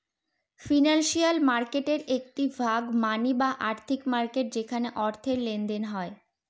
financial মার্কেটের একটি ভাগ মানি বা আর্থিক মার্কেট যেখানে অর্থের লেনদেন হয়